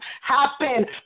happen